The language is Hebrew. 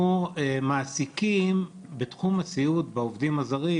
אנחנו מעסיקים בתחום הסיעוד בעובדים הזרים,